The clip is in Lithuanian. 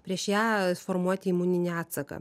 prieš ją formuoti imuninį atsaką